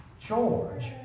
George